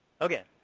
Okay